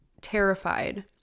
terrified